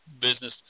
business